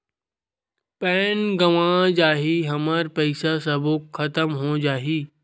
Pan गंवा जाही हमर पईसा सबो खतम हो जाही?